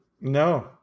No